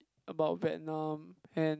about Vietnam and